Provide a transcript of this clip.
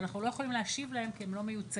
אבל אנחנו לא יכולים להשיב להם כי הם לא מייצגים.